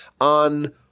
on